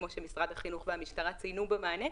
כמו שמשרד החינוך והמשטרה ציינו במענה,